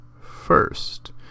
first